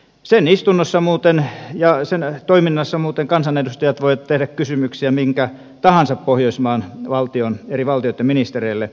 sen istunnoissa ja sen toiminnassa muuten kansanedustajat voivat tehdä kysymyksiä minkä tahansa pohjoismaan ministereille